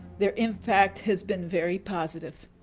their impact has been very possitive.